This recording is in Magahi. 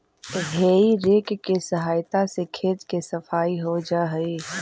हेइ रेक के सहायता से खेत के सफाई हो जा हई